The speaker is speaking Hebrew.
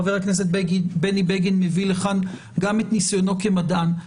חבר הכנסת בני בגין מביא לכאן גם את ניסיונו כמדען.